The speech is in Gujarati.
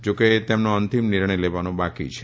જોકે તેઓનો અંતિમ નિર્ણય લેવાનો બાકી છે